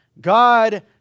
God